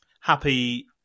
Happy